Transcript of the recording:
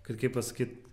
kad kaip pasakyt